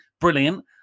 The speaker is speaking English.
brilliant